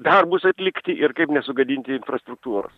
darbus atlikti ir kaip nesugadinti infrastruktūros